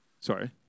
Sorry